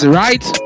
right